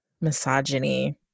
misogyny